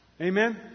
Amen